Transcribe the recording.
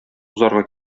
узарга